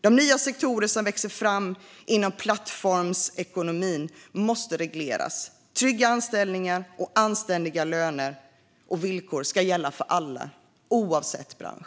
De nya sektorer som växer fram inom plattformsekonomin måste regleras. Trygga anställningar och anständiga löner och villkor ska gälla för alla oavsett bransch.